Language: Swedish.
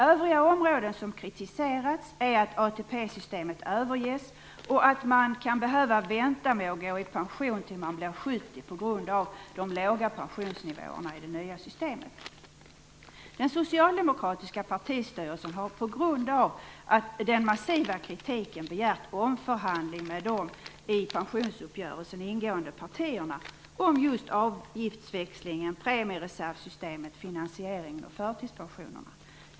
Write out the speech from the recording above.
Övriga områden som kritiserats är att ATP-systemet överges och att man kan behöva vänta med att gå i pension till dess att man blir 70 år på grund av de låga pensionsnivåerna i det nya systemet. Den socialdemokratiska partistyrelsen har på grund av den massiva kritiken begärt omförhandling med de i pensionsuppgörelsen ingående partierna om just avgiftsväxlingen, premiereservsystemet och finansieringen av förtidspensionerna.